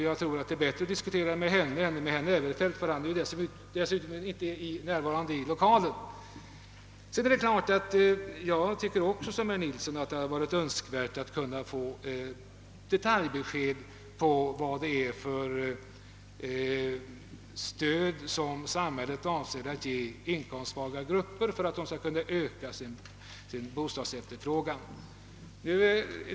Jag tror att det är bättre att diskutera med henne än med herr Näverfelt, som ju dessutom inte är närvarande här i kammaren. Jag tycker som herr Nilsson att det varit önskvärt att få detaljbesked om vilket stöd samhället avser att ge inkomstsvaga grupper för att dessa skall kunna öka sin bostadsefterfrågan.